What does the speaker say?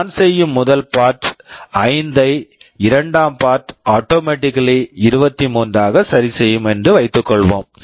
நான் செய்யும் முதல் பார்ட் part 5 ஐ இரண்டாம் பார்ட் part ஆட்டோமேடிக்கல்லி automatically 23 ஆக சரிசெய்யும் என்று வைத்துக்கொள்வோம்